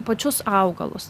pačius augalus